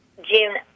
June